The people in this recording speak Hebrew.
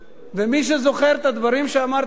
ומי שזוכר את הדברים שאמרתי פה,